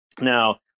Now